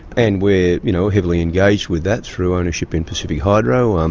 and we're you know heavily engaged with that through ownership in pacific hydro. um